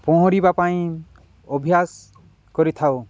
ପହଁରିବା ପାଇଁ ଅଭ୍ୟାସ କରିଥାଉ